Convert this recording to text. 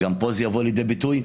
וזה יבוא לידי ביטוי.